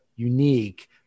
Unique